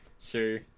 Sure